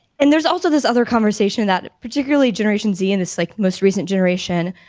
and there's also this other conversation that particularly generation z, and it's like most recent generation,